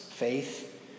faith